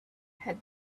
had